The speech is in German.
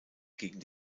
gegen